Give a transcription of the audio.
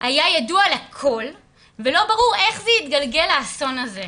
היה ידוע לכל ולא ברור איך זה התגלגל לאסון הזה.